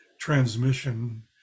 transmission